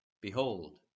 Behold